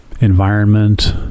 environment